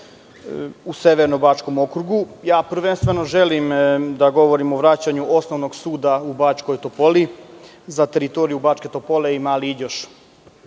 u Severno-bačkom okrugu. Prvenstveno želim da govorim o vraćanju osnovnog suda u Bačkoj Topoli za teritoriju Bačke Topole i Mali